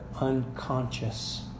unconscious